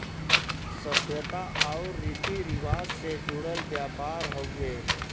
सभ्यता आउर रीती रिवाज से जुड़ल व्यापार हउवे